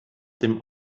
dem